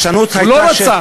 הפרשנות הייתה, הוא לא רצח.